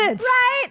Right